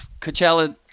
Coachella